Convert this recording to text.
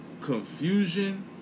confusion